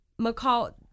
McCall